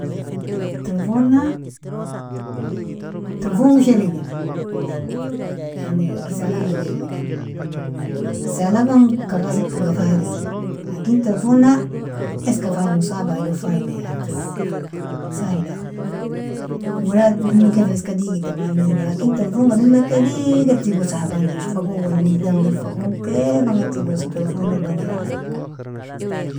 Tolofona tolfong ushaeri gena, yani risalag idearilkin, risalaga mumkina karrasil tiga fairi, lakin tolofona eska faimu, saba iado fainan yani tolofona, sahilamu, wala dummeke fa eska digitta ma- anoimu, lakin tolofonga dummekeag digitta tigosa ha bagnir, fa gon wenissdangir, fa gon kaifanga tigosa tolofonog bagnir ai.